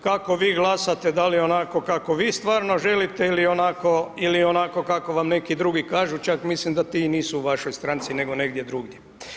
Kako vi glasate da li onako kako vi stvarno želite ili onako, ili onako kako vam neki drugi kažu, čak mislim da ti i nisu u vašoj stranci nego negdje drugdje.